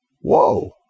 Whoa